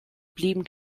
blieben